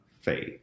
faith